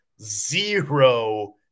zero